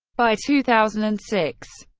by two thousand and six,